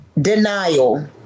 denial